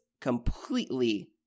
completely